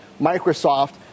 Microsoft